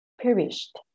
perished